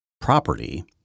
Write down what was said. property